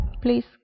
Please